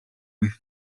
wyth